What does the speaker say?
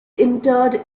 interred